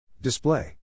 Display